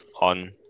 on